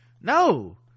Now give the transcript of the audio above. no